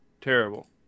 terrible